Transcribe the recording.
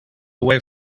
away